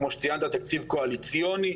כמו שציינת תקציב קואליציוני,